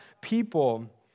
people